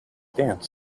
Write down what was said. dance